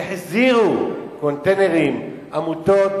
עמותות החזירו קונטיינרים בחזרה